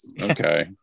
Okay